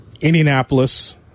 Indianapolis